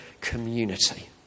community